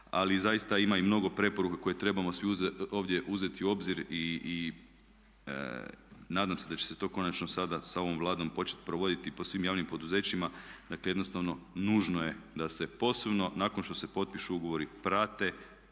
ali zaista ima i mnogo preporuka koje trebamo svi ovdje uzeti u obzir i nadam se da će se to konačno sada sa ovom Vladom početi provoditi po svim javnim poduzećima. Dakle, jednostavno nužno je da se posebno nakon što se potpišu ugovori prati